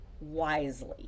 wisely